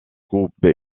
groupe